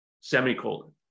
semicolon